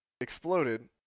exploded